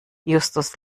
justus